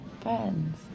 Friends